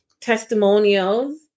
testimonials